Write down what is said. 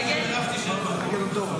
התשפ"ג 2023, נתקבל.